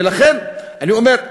ולכן אני אומר: